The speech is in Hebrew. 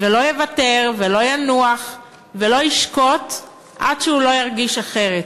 ולא יוותר ולא ינוח ולא ישקוט עד שהוא לא ירגיש אחרת.